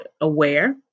aware